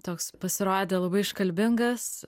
toks pasirodė labai iškalbingas